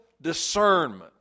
discernment